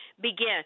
begin